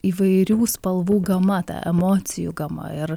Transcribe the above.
įvairių spalvų gama ta emocijų gama ir